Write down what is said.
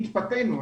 התפתינו,